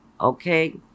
okay